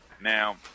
Now